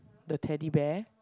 the Teddy Bear